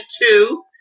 two